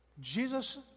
Jesus